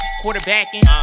quarterbacking